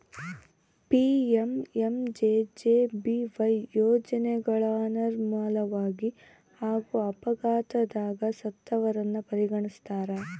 PMMJJBY ಯೋಜನೆಗ ನಾರ್ಮಲಾಗಿ ಹಾಗೂ ಅಪಘಾತದಗ ಸತ್ತವರನ್ನ ಪರಿಗಣಿಸ್ತಾರ